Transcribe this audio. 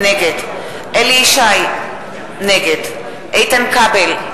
נגד אליהו ישי, נגד איתן כבל,